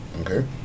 Okay